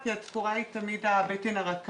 התקציב יועבר באופן ישיר לרשות